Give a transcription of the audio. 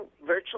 virtually